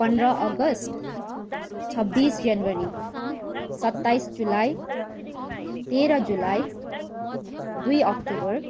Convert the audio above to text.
पन्ध्र अगस्ट छब्बिस जनवरी सताइस जुलाई तेह्र जुलाई दुई अक्टोबर